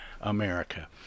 America